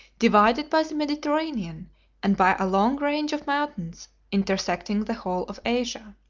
divided by the mediterranean and by a long range of mountains intersecting the whole of asia.